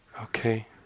Okay